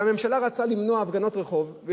והממשלה רצתה למנוע הפגנות רחוב.